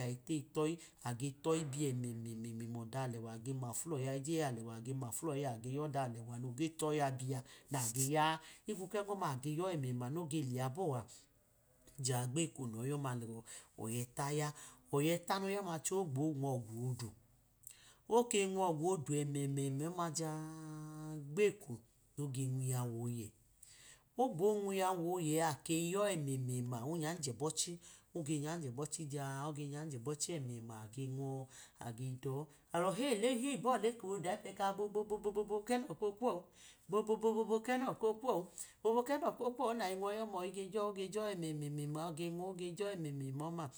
ayi teyi toyi, ayi tọbi emẹmẹmẹma ọda alẹwa age mafu lọyi yeyi alẹwa age mafu lo̱yi, age yọda alewa noge toyi o bia, nage ya higbo kogọma nage yọ ẹmẹma noge leya bọa, ja gbeko nọyi ọma lọya ẹta ya, ọya ẹta noya ọma cẹ ogbo nwogwu odu, oke nwogwu odu emema ọma ja-a-a gbeko noge nwiyawuoyẹ, ogbo nwiyamu oyẹ a ake yọ ẹmẹma onyanjẹ bọche, oge nyanjẹ bọchi oge nyanyẹ bọchi enẹma abi nwọ abi dọ, alo hiyi alọ heyi bọ kodayipẹ ka bobobobo kẹnọ ko kwowu, bobobobo kẹnọ ko kwọmu nayi nwọyi oma oyi gejọ ogjọẹmememọma.